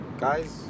guys